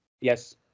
Yes